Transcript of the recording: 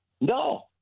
No